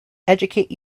educate